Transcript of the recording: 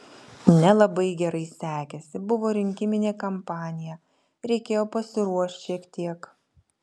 nelabai gerai sekėsi buvo rinkiminė kampanija reikėjo pasiruošt šiek tiek